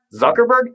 Zuckerberg